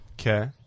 Okay